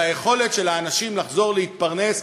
זה היכולת של האנשים לחזור להתפרנס,